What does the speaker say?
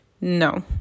No